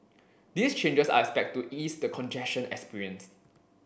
these changes are expect to ease the congestion experienced